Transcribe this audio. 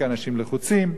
כאנשים לחוצים?